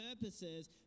purposes